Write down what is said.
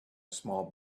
small